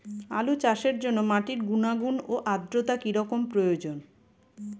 আলু চাষের জন্য মাটির গুণাগুণ ও আদ্রতা কী রকম প্রয়োজন?